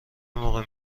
موقع